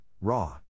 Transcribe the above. Raw